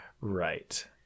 right